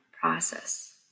process